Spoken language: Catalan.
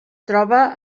troba